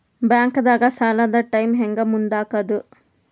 ಬ್ಯಾಂಕ್ದಾಗ ಸಾಲದ ಟೈಮ್ ಹೆಂಗ್ ಮುಂದಾಕದ್?